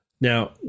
Now